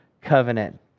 covenant